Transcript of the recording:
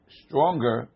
stronger